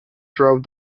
drove